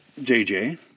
JJ